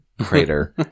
crater